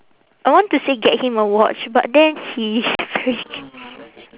I want to say get him a watch but then he very